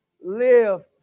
Live